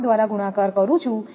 5 દ્વારા ગુણાકાર કરું છું